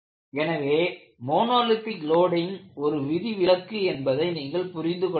எனவே monolithic loading ஒரு விதிவிலக்கு என்பதை நீங்கள் புரிந்து கொள்ள வேண்டும்